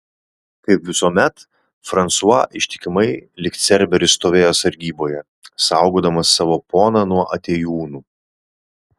kaip visuomet fransua ištikimai lyg cerberis stovėjo sargyboje saugodamas savo poną nuo atėjūnų